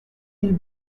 mille